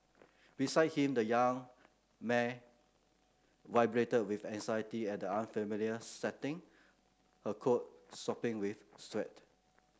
beside him the young mare vibrated with anxiety at the unfamiliar setting her coat sopping with sweat